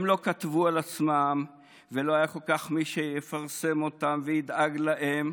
הם לא כתבו על עצמם ולא היה כל כך מי שיפרסם אותם וידאג להם.